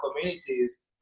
communities